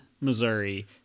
Missouri